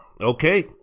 Okay